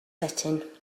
setting